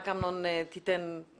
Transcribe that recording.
יש לך חמש דקות.